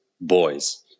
boys